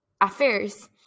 affairs